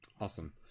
awesome